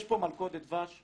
יש פה מלכודת דבש,